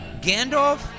Gandalf